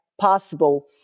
possible